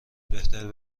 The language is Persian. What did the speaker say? بهتره